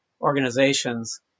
organizations